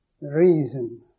reason